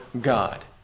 God